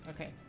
Okay